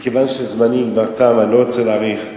מכיוון שזמני כבר תם, אני לא רוצה להאריך.